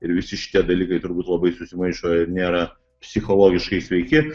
ir visi šitie dalykai turbūt labai susimaišo ir nėra psichologiškai sveiki